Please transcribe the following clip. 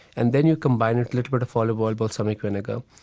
and then you combine a little bit of olive oil, balsamic vinegar,